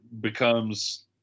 becomes